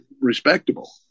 respectable